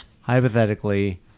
Hypothetically